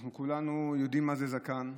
אנחנו כולנו יודעים מה זה זקן.